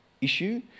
issue